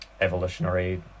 evolutionary